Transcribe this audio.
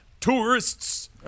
tourists